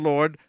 Lord